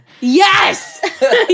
Yes